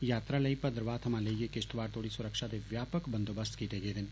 यात्रा लेई भद्रवाह थमां लेइयै किश्तवाड़ तोड़ी सुरक्षा दे व्यापक बंदोबस्त कीते गेदे न